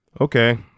okay